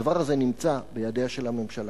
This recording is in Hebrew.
הדבר הזה נמצא בידיה של הממשלה.